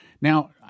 Now